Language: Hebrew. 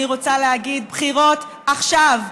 אני רוצה להגיד: בחירות עכשיו.